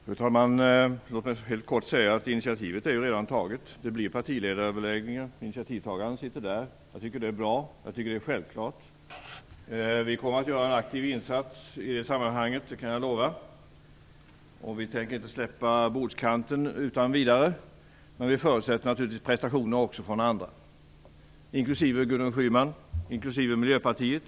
Fru talman! Låt mig helt kort säga att initiativet redan är taget. Det blir partiledaröverläggningar. Initiativtagaren sitter här i kammaren. Jag tycker att initiativet är bra och självklart. Vi kommer att göra en aktiv insats i det sammanhanget, det kan jag lova. Vi tänker inte släppa bordskanten utan vidare. Men vi förutsätter naturligtvis prestationer också från andra, inklusive Gudrun Schyman och inklusive Miljöpartiet.